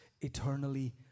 eternally